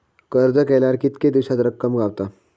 अर्ज केल्यार कीतके दिवसात रक्कम गावता?